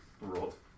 rolled